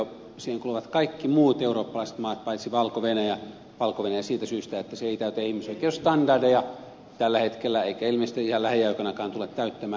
siihen kuuluvat kaikki muut eurooppalaiset maat paitsi valko venäjä valko venäjä siitä syystä että se ei täytä ihmisoikeusstandardeja tällä hetkellä eikä ilmeisesti ihan lähiaikoinakaan tule täyttämään